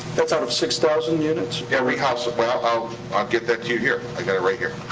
that's out of six thousand units? every house. well, i'll i'll get that to you here. i got it right here.